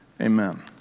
Amen